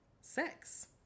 sex